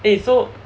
eh so